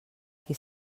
qui